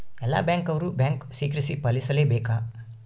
ಎಲ್ಲ ಬ್ಯಾಂಕ್ ಅವ್ರು bank secrecy ಪಾಲಿಸಲೇ ಬೇಕ